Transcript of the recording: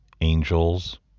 angels